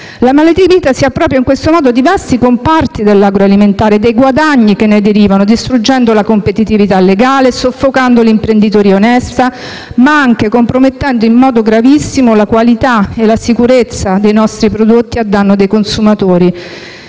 che si appropria in questo modo di vasti comparti dell'agroalimentare e dei guadagni che ne derivano, distruggendo la competitività legale, soffocando l'imprenditoria onesta, ma anche compromettendo in modo gravissimo la qualità e la sicurezza dei nostri prodotti a danno dei consumatori,